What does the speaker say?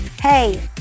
Hey